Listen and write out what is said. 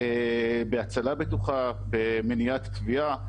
בהצלה בטוחה, במניעת טביעה.